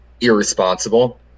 irresponsible